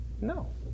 No